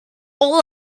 all